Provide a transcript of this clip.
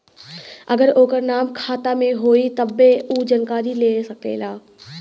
अगर ओकर नाम खाता मे होई तब्बे ऊ जानकारी ले सकेला